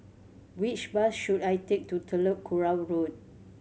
which bus should I take to Telok Kurau Road